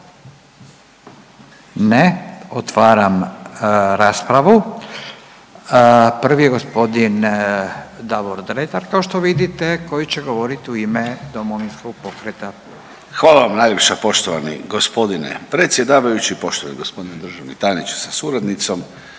Ne, otvaram raspravu. Prvi je g. Davor Dretar kao što vidite koji će govoriti u ime Domovinskog pokreta. **Dretar, Davor (DP)** Hvala vam najljepša. Poštovani g. predsjedavajući, poštovani g. državni tajniče sa suradnicom,